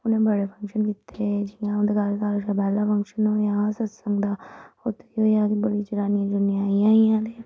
उनें बड़े फंगशन कीते जियां उं'दे घर सारें शा पैह्ला फंगशन होएआ हा सतसंग दा उत केह् होएआ कि बड़ी जनानियां जनुनियां आई दियां ही